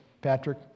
Patrick